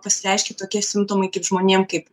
pasireiškė tokie simptomai kaip žmonėm kaip